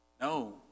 No